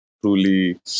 truly